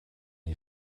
die